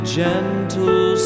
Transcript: gentle